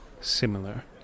similar